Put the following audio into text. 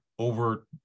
Over